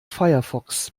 firefox